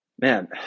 man